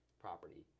property